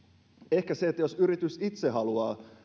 ehkä jos yritys itse haluaa